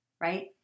Right